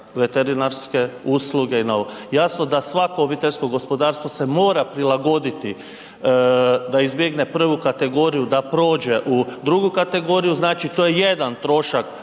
veterinarske usluge i na ovo. Jasno da svako obiteljsko gospodarstvo se mora prilagoditi da izbjegne prvu kategoriju, da prođe u drugu kategoriju, znači to je jedan trošak